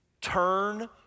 Turn